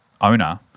owner